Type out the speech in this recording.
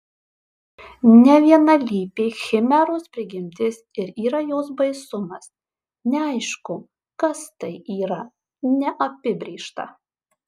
nevienalypė chimeros prigimtis ir yra jos baisumas neaišku kas tai yra neapibrėžta